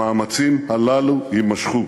המאמצים הללו יימשכו.